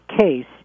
case